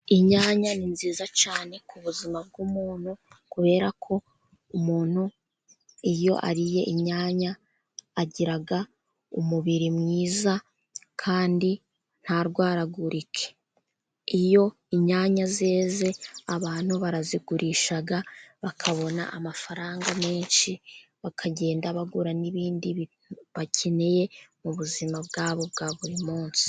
Inyanya ni nziza cyane ku buzima bw'umuntu kubera ko umuntu iyo ariye inyanya, agira umubiri mwiza kandi nta rwaragurike, iyo inyanya zeze abantu barazigurisha bakabona amafaranga menshi, bakagenda bagura n'ibindi bakeneye mu buzima bwabo bwa buri munsi.